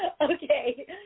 Okay